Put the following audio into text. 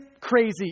crazy